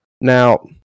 now